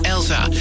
Elsa